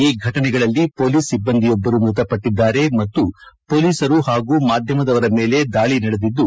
ಈ ಘಟನೆಗಳಲ್ಲಿ ಪೊಲೀಸ್ ಸಿಭ್ಗಂದಿಯೊಬ್ಬರು ಮೃತಪಟ್ಟದ್ದಾರೆ ಮತ್ತು ಪೊಲೀಸರು ಹಾಗೂ ಮಾಧ್ಯಮದವರ ಮೇಲೆ ದಾಳಿ ನಡೆದಿದ್ದು